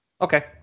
Okay